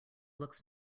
looks